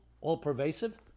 all-pervasive